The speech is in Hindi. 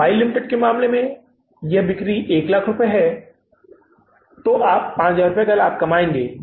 वाई लिमिटेड के मामले में और यदि आपके पास वाई लिमिटेड में बिक्री के 100000 रुपये हैं तो लाभ 5000 रुपये होने जा रहा है